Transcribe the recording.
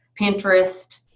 Pinterest